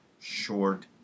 short